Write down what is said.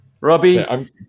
Robbie